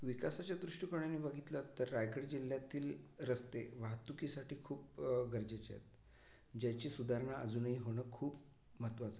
विकासाच्या दृष्टिकोनानी बघितलं तर रायगड जिल्ह्यातील रस्ते वाहतुकीसाठी खूप गरजेची आहेत ज्याची सुधारणा अजूनही होणं खूप महत्त्वाचं आहे